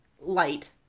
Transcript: light